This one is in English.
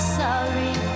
sorry